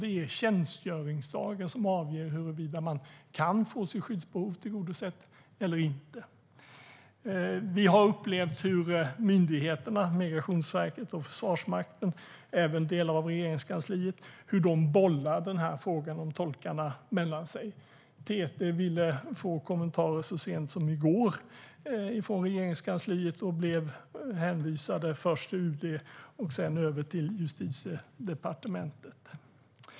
Det är tjänstgöringsdagar som avgör huruvida man kan få sitt skyddsbehov tillgodosett eller inte. Vi har upplevt hur myndigheterna, Migrationsverket och Försvarsmakten och även delar av Regeringskansliet, bollar den här frågan om tolkarna mellan sig. TT ville få kommentarer så sent som i går från Regeringskansliet, och de blev först hänvisade till UD och sedan över till Justitiedepartementet.